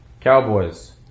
Cowboys